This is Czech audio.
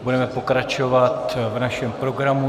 Budeme pokračovat v našem programu.